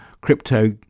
crypto